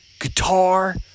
guitar